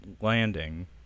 landing